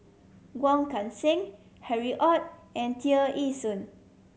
Wong Kan Seng Harry Ord and Tear Ee Soon